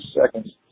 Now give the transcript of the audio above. seconds